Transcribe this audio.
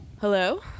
Hello